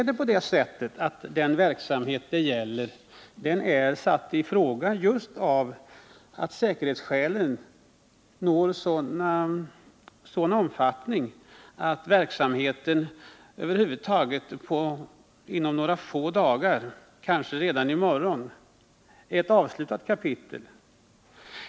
Den verksamhet som det här gäller är satt i fråga just genom att säkerhetskraven har nått sådan omfattning att verksamheten inom några få dagar, kanske redan i morgon, är ett avslutat kapitel.